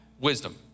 wisdom